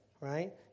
right